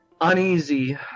uneasy